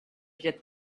viêt